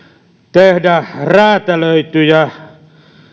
tehdä räätälöityjä